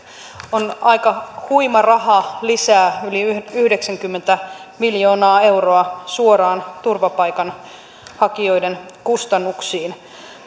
on aika huima raha lisää yli yhdeksänkymmentä miljoonaa euroa suoraan turvapaikanhakijoiden kustannuksiin